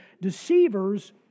deceivers